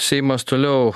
seimas toliau